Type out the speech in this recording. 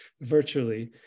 virtually